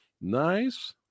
Nice